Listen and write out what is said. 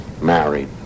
married